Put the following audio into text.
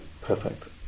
perfect